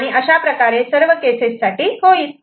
अशाप्रकारे सर्व केसेस साठी होईल